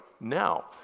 now